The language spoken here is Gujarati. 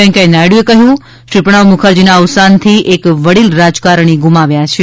વેકૈયાહ નાયડુએ કહ્યું કે શ્રી પ્રણવ મુખરજીના અવસાનથી એક વડીલ રાજકારણી ગુમાવ્યા છે